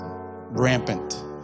Rampant